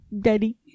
daddy